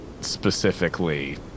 specifically